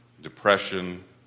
Depression